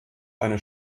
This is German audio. eine